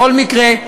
בכל מקרה,